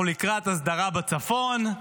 אנחנו לקראת הסדרה בצפון.